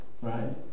right